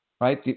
Right